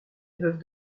veuve